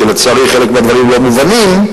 כי לצערי חלק מהדברים לא מובנים,